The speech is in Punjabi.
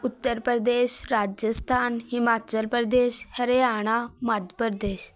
ਉੱਤਰ ਪ੍ਰਦੇਸ਼ ਰਾਜਸਥਾਨ ਹਿਮਾਚਲ ਪ੍ਰਦੇਸ਼ ਹਰਿਆਣਾ ਮੱਧ ਪ੍ਰਦੇਸ਼